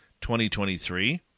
2023